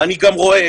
ואני גם רואה,